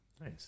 Nice